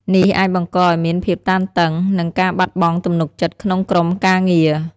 នេះអាចបង្កឱ្យមានភាពតានតឹង និងការបាត់បង់ទំនុកចិត្តក្នុងក្រុមការងារ។